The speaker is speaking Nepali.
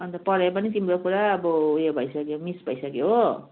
अन्त पढाइ पनि तिम्रो पुरा अब उयो भइसक्यो मिस भइसक्यो हो